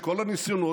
כל הניסיונות,